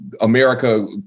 America